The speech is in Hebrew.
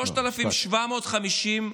לא, משפט.